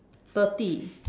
thirty